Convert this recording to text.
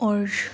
اور